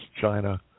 China